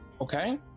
Okay